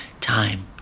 time